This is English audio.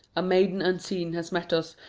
a maiden unseen has met us,